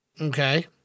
Okay